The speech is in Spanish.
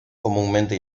comúnmente